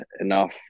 enough